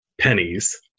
pennies